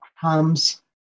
comes